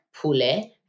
pule